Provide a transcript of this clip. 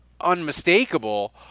unmistakable